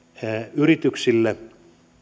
yrityksille